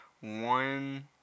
one